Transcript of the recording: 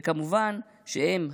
וכמובן שהם,